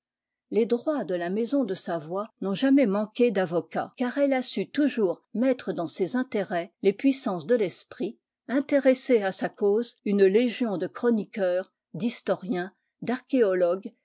les droits de la maison de savoie n'ont jamais manqué d'avocats car elle a su toujours mettre dans ses intérêts les puissances de l'esprit intéresser à sa cause une légion de chroniqueurs d'historiens d'archéologues